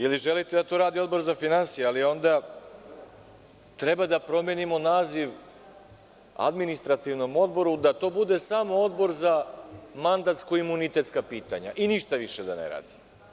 Ili želite da to radi Odbor za finansije, ali onda treba da promenimo naziv Administrativnom odboru da to bude samo odbor za mandatno-imunitetska pitanja i ništa više da ne radi.